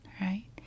right